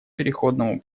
переходному